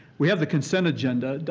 we have the consent agenda,